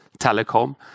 telecom